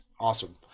Awesome